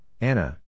Anna